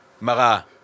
Mara